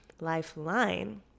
lifeline